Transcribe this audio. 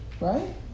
Right